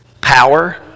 Power